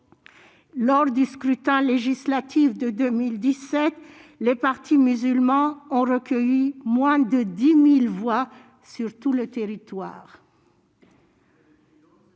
Lors du scrutin législatif de 2017, les partis musulmans ont recueilli moins de 10 000 voix sur tout le territoire.